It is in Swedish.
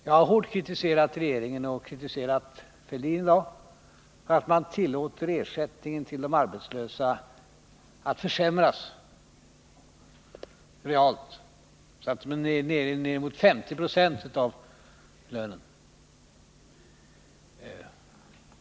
Jag har i dag hårt kritiserat regeringen och Thorbjörn Fälldin för att man tillåter ersättningen till de arbetslösa att försämras realt — ner mot 50 96 av lönen.